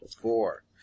four